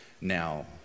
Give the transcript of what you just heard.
now